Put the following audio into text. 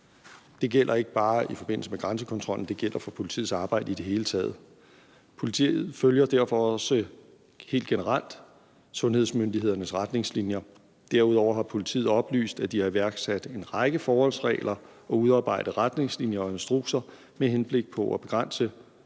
Det gælder ikke bare i forbindelse med grænsekontrollen, men det gælder for politiets arbejde i det hele taget. Politiet følger derfor også helt generelt sundhedsmyndighedernes retningslinjer. Derudover har politiet oplyst, at de har iværksat en række forholdsregler og udarbejdet retningslinjer og instrukser med henblik på at begrænse